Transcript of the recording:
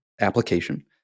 application